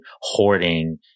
hoarding